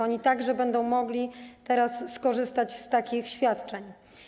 One też będą mogły teraz skorzystać z takich świadczeń.